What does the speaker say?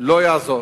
לא יעזור.